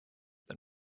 than